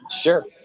Sure